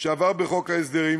שעבר בחוק ההסדרים